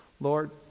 Lord